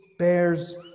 bears